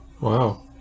Wow